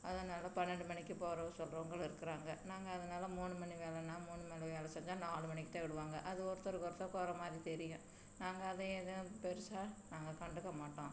அதனால் பன்னெண்டு மணிக்கு போகிற சொல்கிறவுங்களும் இருக்குறாங்க நாங்கள் அதனால் மூணு மணி வேலைன்னா மூணு மணி வேலை செஞ்சால் நாலு மணிக்கு தான் விடுவாங்கள் அது ஒருத்தருக்கு ஒருத்தர் குற மாதிரி தெரியும் நாங்கள் அதை எதுவும் பெருசாக நாங்கள் கண்டுக்க மாட்டோம்